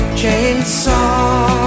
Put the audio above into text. chainsaw